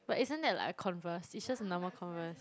but isn't that like a Converse is just a normal Converse